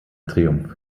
triumph